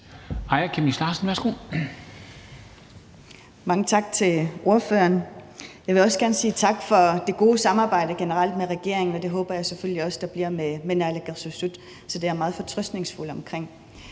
Mange tak til ordføreren. Jeg vil også gerne sige tak for det generelt gode samarbejde med regeringen, og det håber jeg selvfølgelig også der bliver med naalakkersuisut. Så det er jeg meget fortrøstningsfuld omkring.